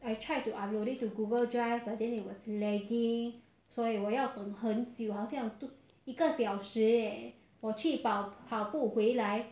I tried to upload it to Google drive then it was lagging 所以我要等很久好像 一个小时 eh 我去跑步回来